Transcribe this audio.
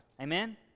Amen